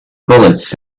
bullets